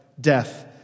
death